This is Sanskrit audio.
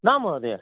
न महोदया